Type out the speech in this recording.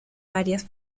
varias